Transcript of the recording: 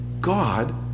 God